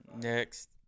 Next